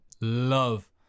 love